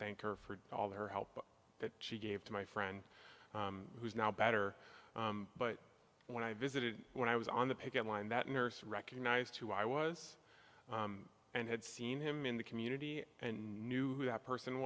thank her for all their help that she gave to my friend who is now better but when i visited when i was on the picket line that nurse recognized who i was and had seen him in the community and knew that person